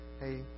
hey